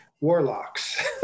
warlocks